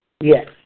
Yes